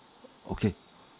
okay